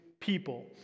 people